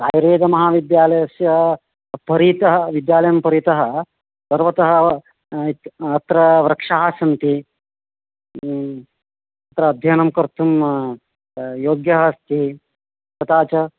आयुर्वेदमहाविद्यालयस्य परितः विद्यालयं परितः पर्वतः अत्र वृक्षाः सन्ति अत्र अध्ययनं कर्तुं योग्यः अस्ति तथा च